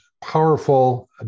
powerful